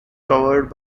covered